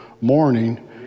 morning